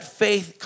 faith